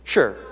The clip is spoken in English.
Sure